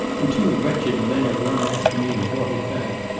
and two wretched men have run after me and brought it back.